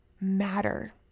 matter